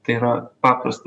tai yra paprasta